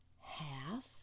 half